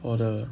for the